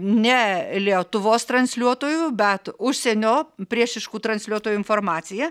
ne lietuvos transliuotojų bet užsienio priešiškų transliuotojų informacija